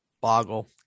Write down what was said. boggle